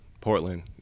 Portland